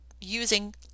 using